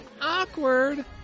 Awkward